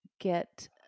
get